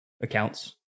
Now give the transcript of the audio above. accounts